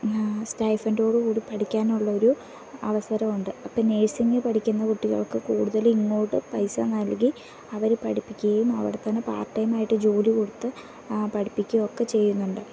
സ്റ്റൈഫൻറ്റോട് കൂടി പഠിക്കാനുള്ളൊരു അവസരവൊണ്ട് അപ്പ നേഴ്സിംഗങ് പഠിക്കുന്ന കുട്ടികൾക്ക് കൂടുതൽ ഇങ്ങോട്ട് പൈസ നൽകി അവര് പഠിപ്പിക്കയും അവിടെ തന്നെ പാർട്ട് ടൈം ആയിട്ട് ജോലി കൊടുത്ത് പഠിപ്പിക്കുകയൊക്കെ ചെയ്യുന്നുണ്ട്